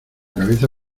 cabeza